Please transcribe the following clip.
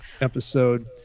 episode